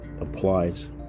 applies